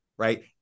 right